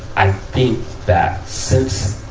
i think that since